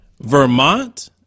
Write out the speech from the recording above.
Vermont